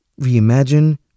reimagine